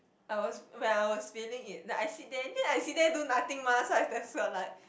I was when I was feeling it then I sit there then I sit there do nothing mah so I have to feel like